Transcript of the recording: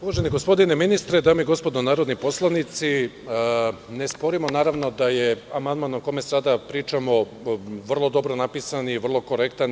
Uvaženi gospodine ministre, dame i gospodo narodni poslanici, ne sporimo da je amandman o kome sada pričamo vrlo dobro napisan i vrlo korektan.